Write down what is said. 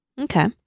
Okay